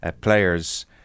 players